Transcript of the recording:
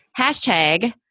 Hashtag